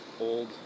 old